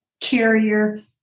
carrier